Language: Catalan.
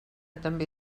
també